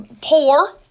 poor